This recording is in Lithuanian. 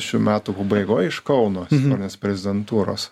šių metų pabaigoj iš kauno nes prezidentūros